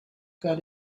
got